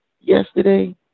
Yesterday